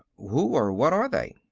who or what are they?